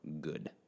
good